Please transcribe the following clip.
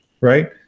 right